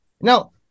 Now